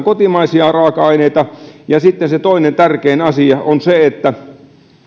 kotimaisia raaka aineita ja sitten se toinen tärkein asia